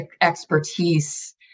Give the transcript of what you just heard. expertise